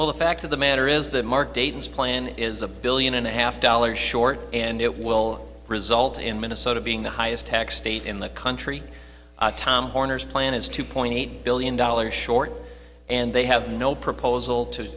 well the fact of the matter is that mark dayton plan is a billion and a half dollars short and it will result in minnesota being the highest taxed state in the country tom horner's plan is two point eight billion dollars short and they have no proposal to